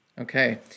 Okay